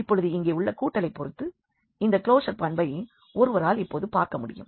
இப்பொழுது இங்கே உள்ள கூட்டலைப் பொறுத்து உள்ள இந்த க்ளோஷர் பண்பை ஒருவரால் இப்பொழுது பார்க்க முடியும்